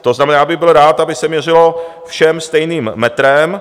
To znamená, já bych byl rád, aby se měřilo všem stejným metrem.